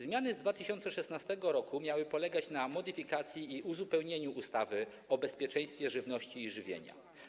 Zmiany z 2016 r. miały polegać na modyfikacji i uzupełnieniu ustawy o bezpieczeństwie żywności i żywienia.